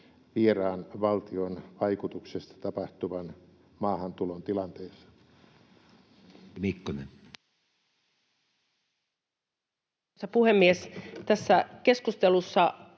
vieraan valtion vaikutuksesta tapahtuvan maahantulon tilanteissa. Edustaja Mikkonen. Arvoisa puhemies! Tässä keskustelussa